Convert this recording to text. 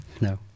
No